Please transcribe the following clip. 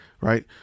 right